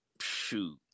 shoot